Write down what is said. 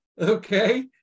Okay